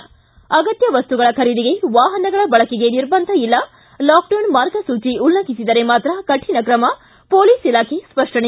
ಿ ಅಗತ್ಯ ವಸ್ತಗಳ ಖರೀದಿಗೆ ವಾಹನಗಳ ಬಳಕೆಗೆ ನಿರ್ಬಂಧ ಇಲ್ಲ ಲಾಕ್ಡೌನ್ ಮಾರ್ಗಸೂಚಿ ಉಲ್ಲಂಘಿಸಿದರೆ ಮಾತ್ರ ಕರಿಣ ಕ್ರಮ ಮೋಲಿಸ್ ಇಲಾಖೆ ಸ್ಪಷ್ಟನೆ